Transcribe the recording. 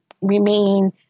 remain